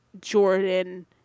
Jordan